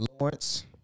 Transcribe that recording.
Lawrence